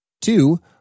two